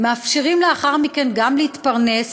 והם מאפשרים לאחר מכן גם להתפרנס,